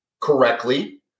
correctly